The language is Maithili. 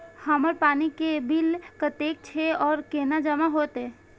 हमर पानी के बिल कतेक छे और केना जमा होते?